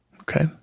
Okay